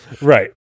right